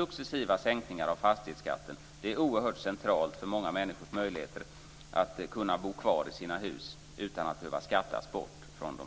successiva sänkningar av fastighetsskatten. Det är oerhört centralt för många människors möjligheter att bo kvar i sina hus och slippa skattas bort från dem.